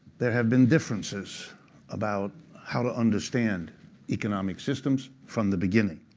there have been differences about how to understand economic systems from the beginning.